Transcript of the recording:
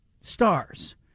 stars